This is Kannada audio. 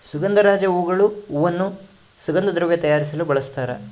ಸುಗಂಧರಾಜ ಹೂಗಳು ಹೂವನ್ನು ಸುಗಂಧ ದ್ರವ್ಯ ತಯಾರಿಸಲು ಬಳಸ್ತಾರ